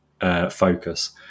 focus